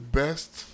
best